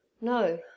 no